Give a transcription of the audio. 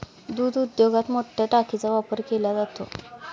दूध उद्योगात मोठया टाकीचा वापर केला जातो